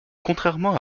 contrairement